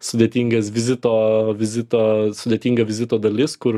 sudėtingas vizito vizito sudėtinga vizito dalis kur